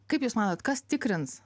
kaip jūs manot kas tikrins